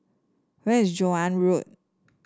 where is Joan Road